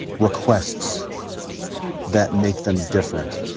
requests that make them different?